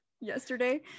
Yesterday